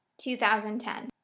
2010